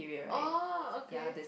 orh okay